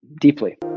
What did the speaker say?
deeply